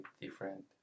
different